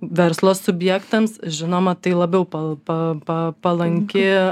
verslo subjektams žinoma tai labiau pa pa pa palanki